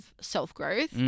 self-growth